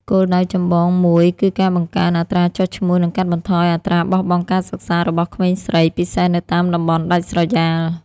គោលដៅចម្បងមួយគឺការបង្កើនអត្រាចុះឈ្មោះ និងកាត់បន្ថយអត្រាបោះបង់ការសិក្សារបស់ក្មេងស្រី ពិសេសនៅតាមតំបន់ដាច់ស្រយាល។